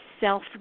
self